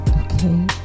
Okay